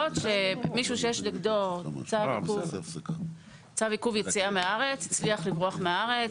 שמישהו שיש נגדו צו עיכוב יציאה מהארץ הצליח לברוח מהארץ,